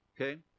Okay